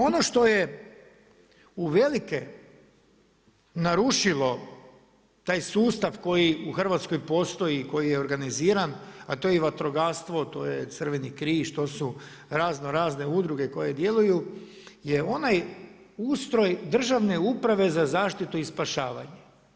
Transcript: Ono što je uvelike narušilo taj sustav koji u Hrvatskoj postoji, koji je organiziran, a to je i vatrogastvo, to je Crveni križ, to su razno razne udruge koje djeluje je onaj ustroj Državne uprave za zaštitu i spašavanje.